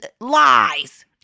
lies